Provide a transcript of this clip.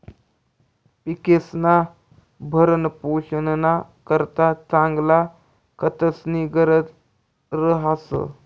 पिकेस्ना भरणपोषणना करता चांगला खतस्नी गरज रहास